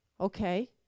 okay